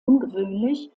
ungewöhnlich